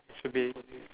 should be